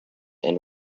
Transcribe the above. and